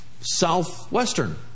Southwestern